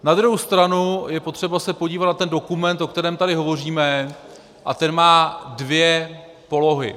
Na druhou stranu je potřeba se podívat na ten dokument, o kterém tady hovoříme, a ten má dvě polohy.